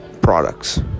products